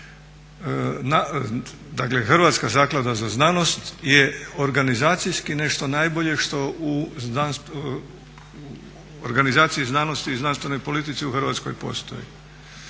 Hrvatska zaklada za znanost je organizacijski nešto što najbolje što u organizaciji znanosti i znanstvenoj politici postoji